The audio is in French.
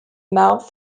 marbre